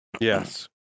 Yes